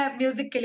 music